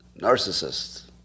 Narcissists